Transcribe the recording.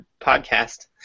podcast